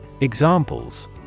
Examples